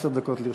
עשר דקות לרשותך.